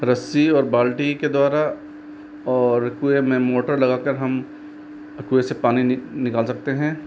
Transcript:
रस्सी और बाल्टी के द्वारा और कुए में मोटर लगाकर हम कुए से पानी निकाल सकते हैं